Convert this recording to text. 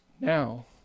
Now